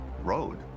road